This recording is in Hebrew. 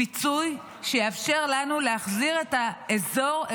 פיצוי שיאפשר לנו להחזיר את האזור,